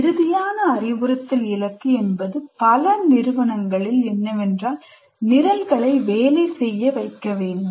இறுதியான அறிவுறுத்தல் இலக்கு என்பது பல நிறுவனங்களில் என்னவென்றால் நிரல்களைக் வேலை செய்ய வைக்க வேண்டும்